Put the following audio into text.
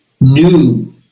new